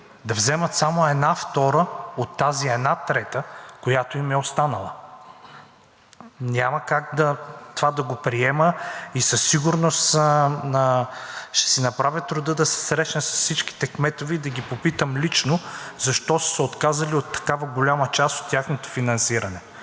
да вземат само една втора от тази една трета, която им е останала?! Няма как това да го приема и със сигурност ще си направя труда да се срещна с всичките кметове и да ги попитам лично защо са се отказали от такава голяма част от тяхното финансиране.